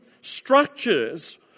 structures